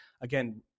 Again